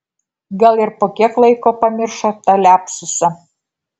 gal ir po kiek laiko pamiršo tą liapsusą